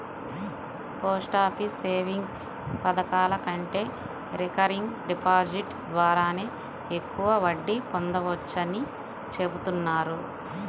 post office savings పథకాల కంటే recurring deposit ద్వారానే ఎక్కువ వడ్డీ పొందవచ్చని చెబుతున్నారు